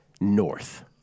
North